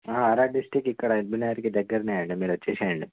are R district ఇక్కడ ఎల్బినగర్కి దగ్గరనే అండి మీరు వచ్చేసేయండి